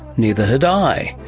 neither had i.